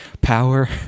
power